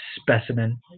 specimen